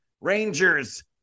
Rangers